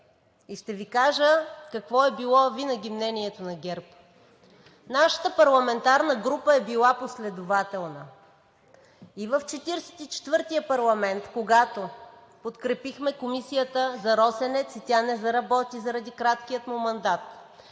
е ГЕРБ и какво е било винаги мнението на ГЕРБ. Нашата парламентарна група е била последователна и в 44-тия парламент, когато подкрепихме Комисията за „Росенец“. Тя не заработи заради краткия му мандат